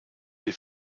die